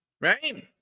right